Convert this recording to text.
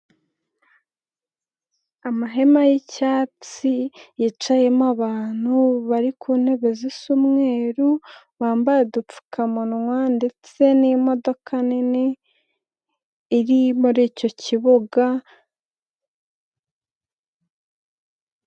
Amahema y'icyatsi, yicayemo abantu bari ku ntebe zisa umweruru, bambaye udupfukamunwa, ndetse n'imodoka nini iri muri icyo kibuga.